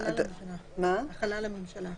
החלה על הממשלה.